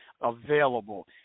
available